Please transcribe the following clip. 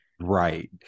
Right